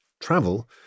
travel